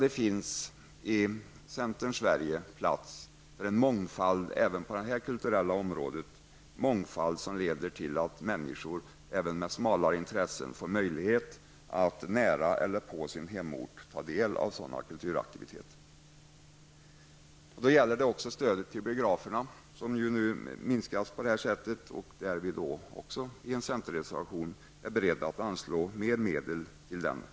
Det finns i centerns Sverige plats för en mångfald, även på det här kulturella området, som leder till att även människor med smalare intressen får möjlighet att nära eller på sin hemort ta del av sådana kulturaktiviteter. Stödet till biograferna minskas nu, och även till den verksamheten är vi i en centerreservation beredda att anslå mer medel.